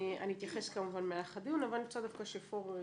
אני אתייחס כמובן במהלך הדיון אבל אני רוצה דווקא שפורר יפתח,